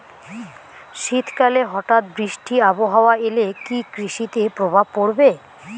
শীত কালে হঠাৎ বৃষ্টি আবহাওয়া এলে কি কৃষি তে প্রভাব পড়বে?